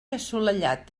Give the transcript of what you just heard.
assolellat